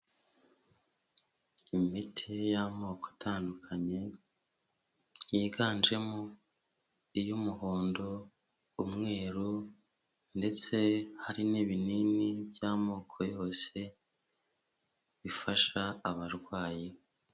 Imiti y'amoko atandukanye, yiganjemo iy'umuhondo, umweru ndetse hari n'ibinini by'amoko yose bifasha abarwayi.